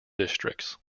districts